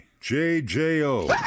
JJO